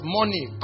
money